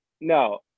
no